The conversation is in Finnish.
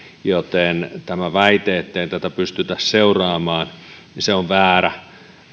joten tämä väite ettei tätä pystytä seuraamaan on väärä